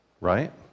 right